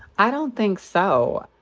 i don't think so.